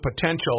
potential